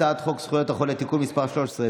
הצעת חוק זכויות החולה (תיקון מס' 13)